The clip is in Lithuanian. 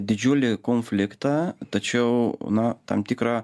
didžiulį konfliktą tačiau na tam tikrą